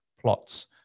plots